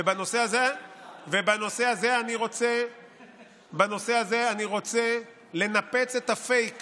ובנושא הזה אני רוצה לנפץ את הפייק